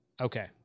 okay